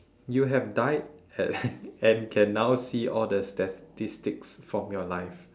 you have died and and can now see all the statistics from your life